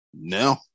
No